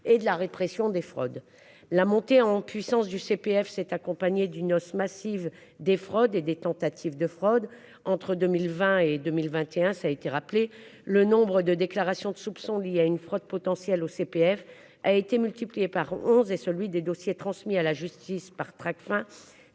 et de la répression des fraudes. La montée en puissance du CPF s'est accompagnée d'une hausse massive des fraudes et des tentatives de fraude entre 2020 et 2021. Ça été rappelé le nombre de déclarations de soupçons liées à une fraude potentielle au CPF a été multiplié par 11 et celui des dossiers transmis à la justice par Tracfin